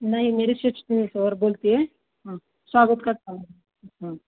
नाही मी रिसेप्शनीसवर बोलती आहे हां स्वागत हं